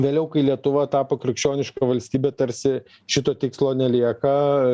vėliau kai lietuva tapo krikščioniška valstybe tarsi šito tikslo nelieka